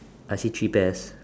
I see three pairs